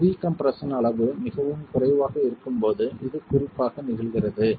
pre compression அளவு மிகவும் குறைவாக இருக்கும் போது இது குறிப்பாக நிகழ்கிறது